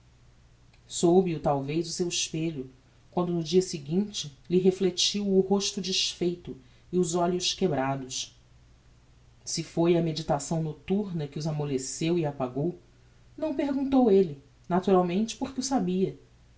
soube o talvez o seu espelho quando no dia seguinte lhe reflectiu o rosto desfeito e os olhos quebrados se foi a meditação nocturna que os amolleceu e apagou não o perguntou elle naturalmente porque o sabia